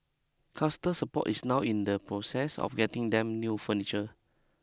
Cluster Support is now in the process of getting them new furniture